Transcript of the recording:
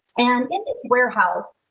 and in this warehouse,